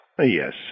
yes